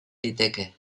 liteke